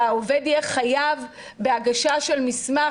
שהעובד יהיה חייב בהגשה של מסמך,